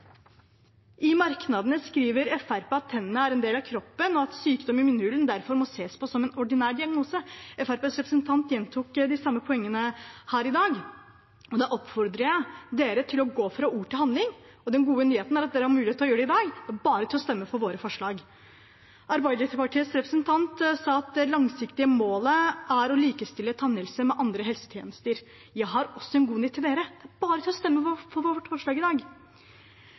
I merknadene skriver Fremskrittspartiet at tennene er en del av kroppen, og at sykdom i munnhulen derfor må ses på som en ordinær diagnose. Fremskrittspartiets representant gjentok de samme poengene her i dag, og da oppfordrer jeg dere til å gå fra ord til handling. Og den gode nyheten er at dere har muligheten til å gjøre det i dag – det er bare å stemme på vårt forslag! Arbeiderpartiets representant sa at det langsiktige målet er å likestille tannhelse med andre helsetjenester. Jeg har også en god nyhet til dere – det er bare å stemme for vårt forslag i dag!